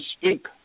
speak